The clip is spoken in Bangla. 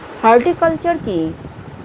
হর্টিকালচার কি?